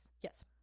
Yes